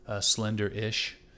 slender-ish